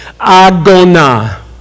Agona